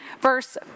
verse